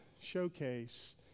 showcase